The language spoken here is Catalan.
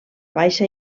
baixa